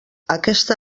aquesta